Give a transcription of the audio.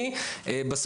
ממשלתי מתכלל.